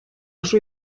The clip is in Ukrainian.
вже